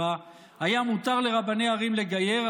היה מותר לרבני ערים לגייר,